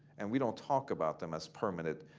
and we don't talk about them as permanent.